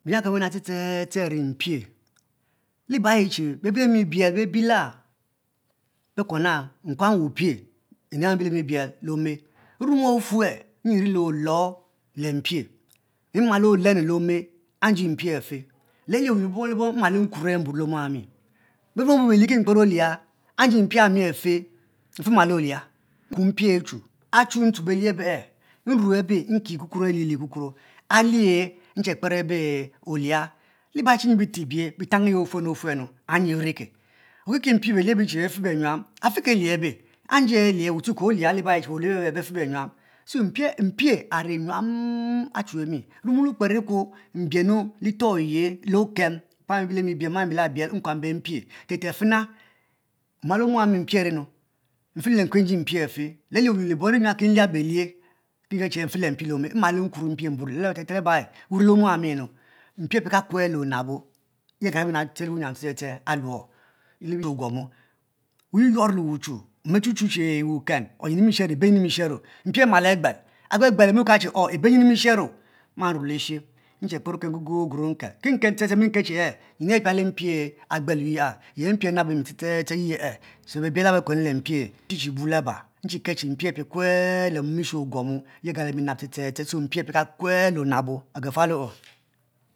Ye aba ste ste ste iri mpie liba ayiche bebielimi biela, bekuena mpam wupie leome wum run ofe nyi iri leolo lempie malo olenu le ome nji mpie afe le alie wunya abo lebom mmal nkuo mbuo aome owani be bure mi buo belie olie nde mpie and afi mfe malo oha, nku mpie achu achu ntuob belie abeh muebe nki kokoro alie lie kokoro ahe nche kper ebe oha aba ayi bite ebiyie bitang eyi ofueno ofuenu, nyi iri ke okeke mpie belie abeche befe be nyuam afe ke lie be, nje alie weh tue ke ohia aba ayiche behe abe beh fe benyuam so mpie ari nyuam achumi nuomo le wukper ekuo mbieno lito eyi ayi le okem wa biki biel le te ti fenu ma le omeh owam mpie arinu mfe lenki nde mpie afe le ae iri nyam ki lia be be che mfe le mpie le omeh mmal mbuo te te te laba wuri le ome owaminu mpie apia ka kue le onabo ye ayakemi nab le wuyiam te aluo le binyin opuomo, wu yur yuur le wuchu, mom achu chu che wuken or ebe yin mi shero mpie amal agbel agbel gbel omi lo ka che ibe yin emi shero mmaue le she ache kper okelo guogo goro nsheu ki ken ste ste ste mm mike che e yin ayi epiale mpie agbelo yiya, ye mpie anubo mi ste ste ste yiye, so be biale bekuenale mpie, nchichi laba so mi kel che mpie apie kue le mom eshe oguomo ye agale mi nab ste ste ste so mpie apai kule anoa bo agafuala